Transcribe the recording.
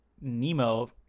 nemo